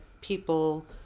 people